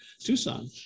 Tucson